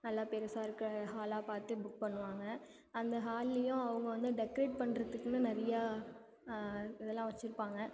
நல்லா பெருசாக இருக்கிற ஹாலாகப் பார்த்து புக் பண்ணுவாங்க அந்த ஹால்லேயும் அவங்க வந்து டெக்ரேட் பண்ணுறத்துக்குன்னு நிறையா இதெல்லாம் வெச்சிருப்பாங்க